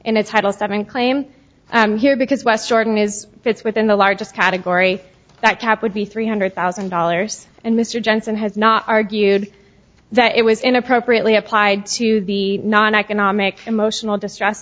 in a title seven claim and here because west jordan is fits within the largest category that cap would be three hundred thousand dollars and mr jensen has not argued that it was in appropriately applied to the non economic emotional distress